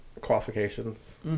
qualifications